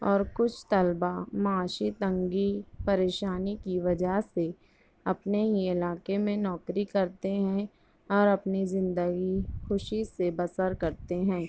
اور کچھ طلبا معاشی تنگی پریشانی کی وجہ سے اپنے ہی علاقے میں نوکری کرتے ہیں اور اپنی زندگی خوشی سے بسر کرتے ہیں